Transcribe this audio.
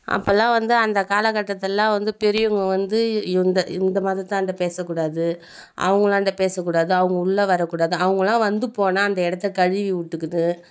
அப்போல்லாம் வந்து அந்த கால கட்டத்துலெலாம் வந்து பெரியவங்க வந்து இந்த இந்தமாதிரி தான் என்கிட்ட பேசக்கூடாது அவங்களாண்ட பேசக்கூடாது அவங்க உள்ள வரக்கூடாது அவங்கள்லாம் வந்து போனால் அந்த இடத்த கழுவி விட்டுக்குனு